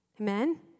Amen